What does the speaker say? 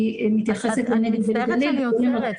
מתייחסת --- אני עוצרת אותך.